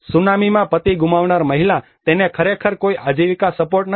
સુનામીમાં પતિ ગુમાવનાર મહિલા તેને ખરેખર કોઈ આજીવિકા સપોર્ટ નથી